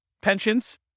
pensions